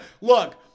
look